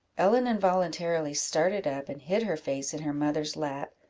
ellen involuntarily started up, and hid her face in her mother's lap,